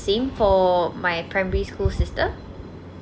same for my primary school sister